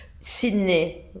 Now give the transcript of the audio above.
Sydney